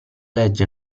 legge